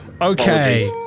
Okay